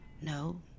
No